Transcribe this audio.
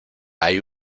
hay